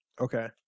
Okay